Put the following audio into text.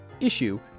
issue